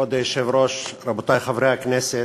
כבוד היושב-ראש, רבותי חברי הכנסת,